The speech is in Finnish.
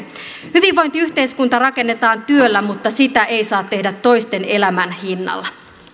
hyvinvointiyhteiskunta rakennetaan työllä mutta sitä ei saa tehdä toisten elämän hinnalla